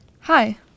Hi